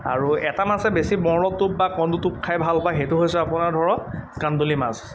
আৰু এটা মাছে বেছি বৰলৰ টোপ বা কন্দুটোপ খাই ভাল পায় সেইটো হৈছে আপোনাৰ ধৰক কান্দুলি মাছ